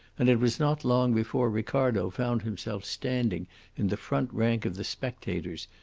and it was not long before ricardo found himself standing in the front rank of the spectators,